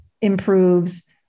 improves